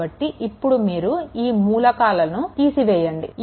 కాబట్టి ఇప్పుడు మీరు ఈ మూలకాలను తీసివేయండి